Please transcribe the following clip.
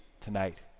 tonight